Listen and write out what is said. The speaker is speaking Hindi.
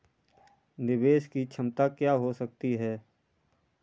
निवेश की क्षमता क्या हो सकती है?